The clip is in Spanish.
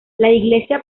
iglesia